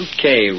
Okay